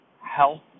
health